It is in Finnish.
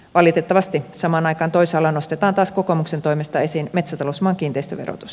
valitettavasti samaan aikaan toisaalla nostetaan taas kokoomuksen toimesta esiin metsätalousmaan kiinteistöverotus